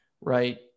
Right